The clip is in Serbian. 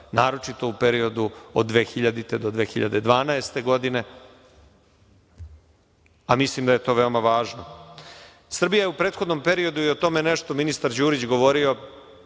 naročito u periodu od 2000. do 2012. godine, a mislim da je to veoma važno. Srbija je u prethodnom periodu, o tome je nešto ministar Đurić govorio,